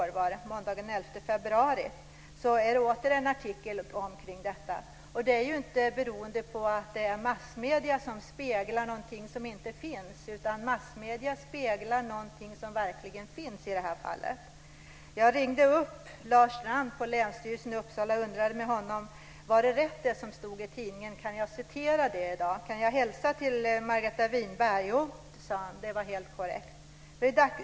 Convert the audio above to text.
I går, måndagen den 11 februari, fanns åter en artikel om detta i Upsala Nya Tidning. Det är inte så att massmedierna speglar någonting som inte finns, utan massmedierna speglar någonting som verkligen finns i det här fallet. Jag ringde upp Lars Strand på länsstyrelsen i Uppsala och undrade med honom om det som stod i tidningen var rätt och om jag kunde citera det i dag. Kan jag hälsa till Margareta Winberg? frågade jag. Ja, sade han, det var helt korrekt.